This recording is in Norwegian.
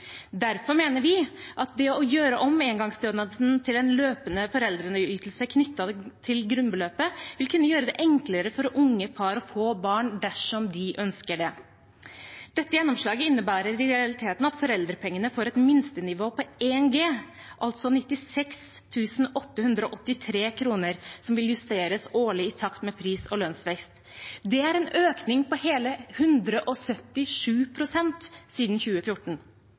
Derfor mener vi at å gjøre om engangsstønaden til en løpende foreldreytelse knyttet til grunnbeløpet, vil kunne gjøre det enklere for unge par å få barn dersom de ønsker det. Dette gjennomslaget innebærer i realiteten at foreldrepengene får et minstenivå på 1 G, altså 96 883 kr, som vil justeres årlig i takt med pris- og lønnsveksten. Det er en økning på hele 177 pst. siden 2014.